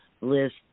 list